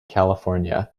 california